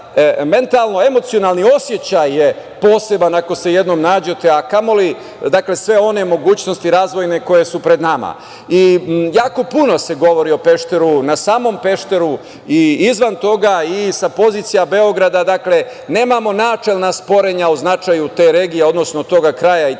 mentalno-emocionalni osećaj je poseban ako se jednom nađete, a kamoli sve one mogućnosti razvojne koje su pred nama. Jako puno se govori o Pešteru, na samom Pešteru i izvan toga i sa pozicija Beograda, dakle, nemamo načelna sporenja o značaju te regije, odnosno toga kraja i